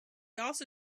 also